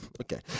Okay